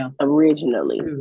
originally